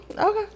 okay